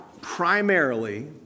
primarily